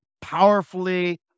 powerfully